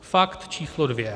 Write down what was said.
Fakt číslo 2.